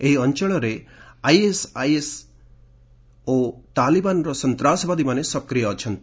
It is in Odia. ଏହି ଅଞ୍ଚଳରେ ଆଇଏସ୍ଆଇ ଓ ତାଲିବାନର ସନ୍ତାସବାଦୀମାନେ ସକ୍ରିୟ ଅଛନ୍ତି